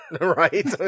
right